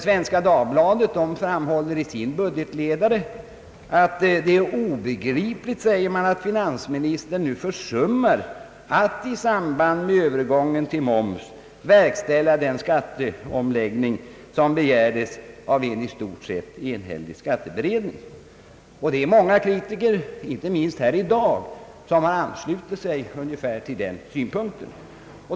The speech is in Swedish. Svenska Dagbladet framhåller i sin budgetledare att det är obegripligt att finansministern nu försummar att i samband med Öövergången till moms verkställa den skatteomläggning som begärdes av en i stort sett enhällig skatteberedning. Det är många kritiker, inte minst här i dag, som anslutit sig till den synpunkten.